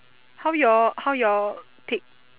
how your how your pick